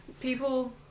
people